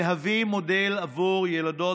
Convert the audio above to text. תהווי מודל עבור ילדות,